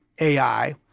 AI